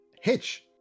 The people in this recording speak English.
hitch